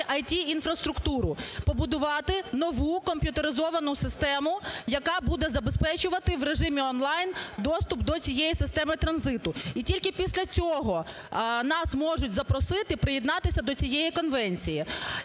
ІТ-інфраструктуру, побудувати нову комп'ютеризовану систему, яка буде забезпечувати в режимі он-лайн доступ до цієї системи транзиту. І тільки після цього нас можуть запросити приєднатися до цієї конвенції.